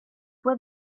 fue